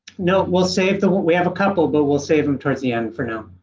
no will save the we have a couple but will save him towards the end for now.